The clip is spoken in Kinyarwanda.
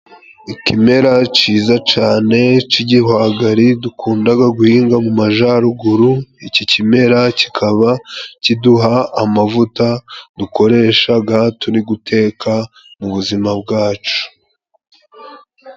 ikimera ciza cane c'igihwagari dukundaga guhinga mu majyaruguru. Iki kimera kikaba kiduha amavuta dukoreshaga turi guteka mu buzima bwacu.